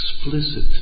explicit